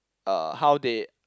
uh how they